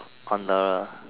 on the